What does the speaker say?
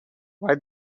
why